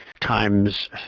times